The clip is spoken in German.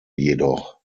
jedoch